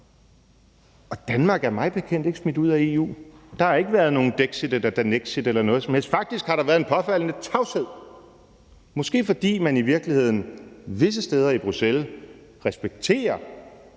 Og Danmark er mig bekendt ikke smidt ud af EU. Der har ikke været nogen dexit eller danexit eller noget som helst. Faktisk har der været en påfaldende tavshed – måske fordi man i virkeligheden visse steder i Bruxelles respekterer